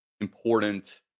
important